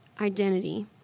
identity